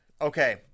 Okay